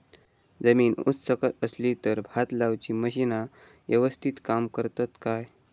जमीन उच सकल असली तर भात लाऊची मशीना यवस्तीत काम करतत काय?